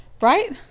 Right